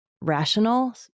rational